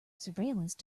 surveillance